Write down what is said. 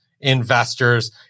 Investors